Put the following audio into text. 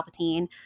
Palpatine